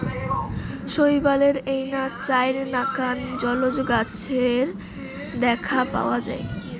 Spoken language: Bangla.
শৈবালের এইনা চাইর নাকান জলজ গছের দ্যাখ্যা পাওয়াং যাই